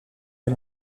des